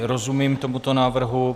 Rozumím tomuto návrhu.